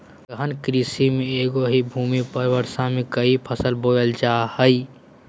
गहन कृषि में एगो ही भूमि पर वर्ष में क़ई फसल बोयल जा हइ